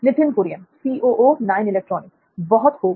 नित्थिन कुरियन बहुत खूब